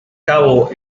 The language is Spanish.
cabo